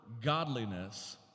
godliness